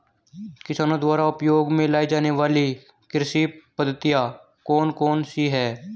किसानों द्वारा उपयोग में लाई जाने वाली कृषि पद्धतियाँ कौन कौन सी हैं?